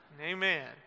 amen